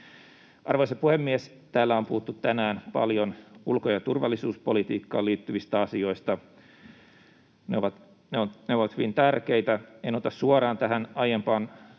Arvoisa puhemies! Täällä on puhuttu tänään paljon ulko‑ ja turvallisuuspolitiikkaan liittyvistä asioista. Ne ovat hyvin tärkeitä. En ota suoraan tähän aiempaan tänään